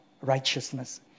righteousness